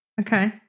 Okay